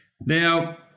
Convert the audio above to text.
Now